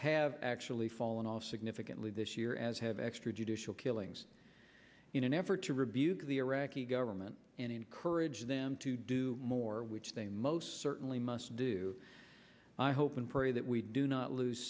have actually fallen off significantly this year as have extrajudicial kill things in an effort to rebuke the iraqi government and encourage them to do more which they most certainly must do i hope and pray that we do not lose